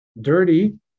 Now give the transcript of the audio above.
dirty